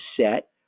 set